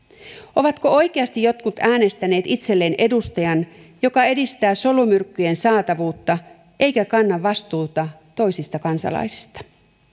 ovatko oikeasti jotkut äänestäneet itselleen edustajan joka edistää solumyrkkyjen saatavuutta eikä kanna vastuuta toisista kansalaisista